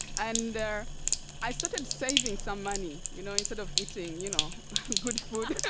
and i started saving some money, you know instead of eating you know good food,